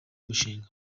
mushinga